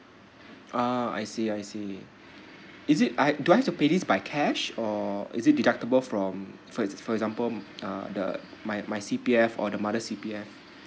uh I see I see is it I do I have to pay this by cash or is it deductible from for e~ for example uh the my my C P F or the mother's C P F